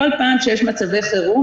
כל פעם שיש מצבי חירום,